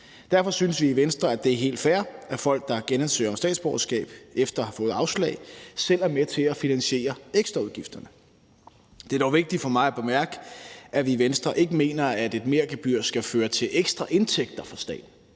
Derfor synes vi i Venstre, at det er helt fair, at folk, der genansøger om statsborgerskab efter at have fået afslag, selv er med til at finansiere ekstraudgifterne. Det er dog vigtigt for mig at bemærke, at vi i Venstre ikke mener, at et mergebyr skal føre til ekstra indtægter for staten.